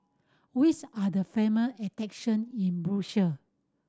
which are the famous attraction in Brussels